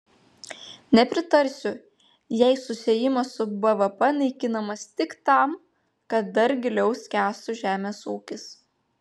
nepritarsiu jei susiejimas su bvp naikinamas tik tam kad dar giliau skęstų žemės ūkis